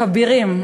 הכבירים,